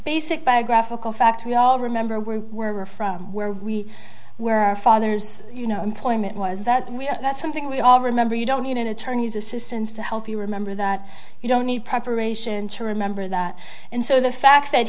basic biographical fact we all remember where we were from where we where our fathers you know employment was that we that's something we all remember you don't need an attorney's assistance to help you remember that you don't need preparation to remember that and so the fact that